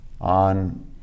on